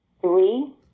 Three